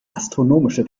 astronomische